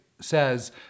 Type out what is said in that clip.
says